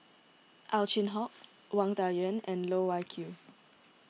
Ow Chin Hock Wang Dayuan and Loh Wai Kiew